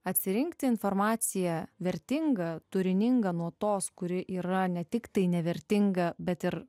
atsirinkti informaciją vertinga turininga nuo tos kuri yra ne tik tai nevertinga bet ir